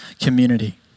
community